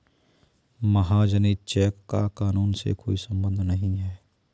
महाजनी चेक का कानून से कोई संबंध नहीं है